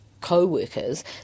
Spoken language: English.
co-workers